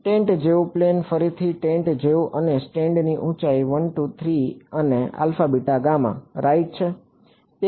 tent જેવું plane ફરીથી tent જેવું અને સ્ટેન્ડની ઊંચાઈ 1 2 અને 3 એ આલ્ફા બીટા ગામા રાઈટ છે